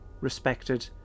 respected